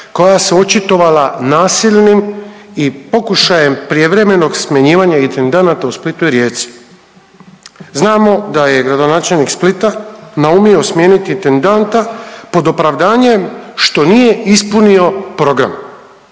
koja se očitovala nasilnim i pokušajem prijevremenog smjenjivanja intendanata u Splitu i Rijeci. Znamo da je gradonačelnik Splita naumio smijeniti intendanta pod opravdanjem što nije ispunio program,